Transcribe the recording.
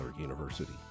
University